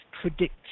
predicts